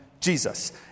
Jesus